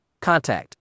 Contact